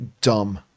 dumb